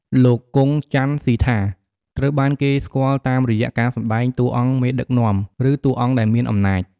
លោក គង់ ចាន់ស៊ីថា ត្រូវបានគេស្គាល់តាមរយៈការសម្តែងតួអង្គមេដឹកនាំ ឬតួអង្គដែលមានអំណាច។